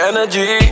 Energy